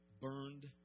burned